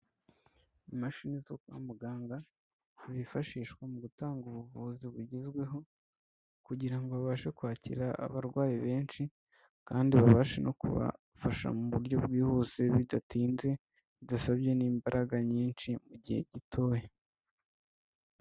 Imashini zo kwa muganga zifashishwa mu gutanga ubuvuzi bugezweho kugira ngo babashe kwakira abarwayi benshi, kandi babashe no kubafasha mu buryo bwihuse bidatinze, bidasabye n'imbaraga nyinshi mu gihe gitoya.